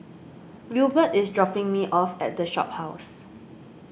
Wilbert is dropping me off at the Shophouse